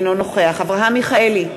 אינו נוכח אברהם מיכאלי,